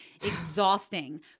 exhausting